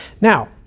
Now